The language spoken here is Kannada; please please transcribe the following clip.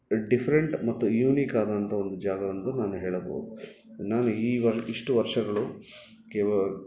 ಡಿಫ್ರೆಂಟ್ ಮತ್ತು ಯೂನಿಕ್ ಆದಂತ ಒಂದು ಜಾಗವೆಂದು ನಾನು ಹೇಳಬೌದು ನಾನು ಈ ವ ಇಷ್ಟು ವರ್ಷಗಳು ಕೇವಲ